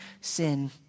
sin